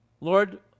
Lord